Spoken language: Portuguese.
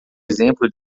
exemplo